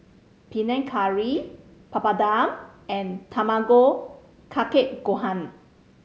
Panang Curry Papadum and Tamago Kake Gohan